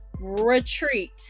retreat